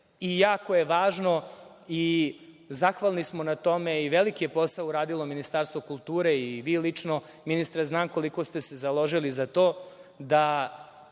jako je važno i zahvalni smo na tome i veliki je posao uradilo Ministarstvo kulture i vi lično, ministre. Znam koliko ste se založili za to da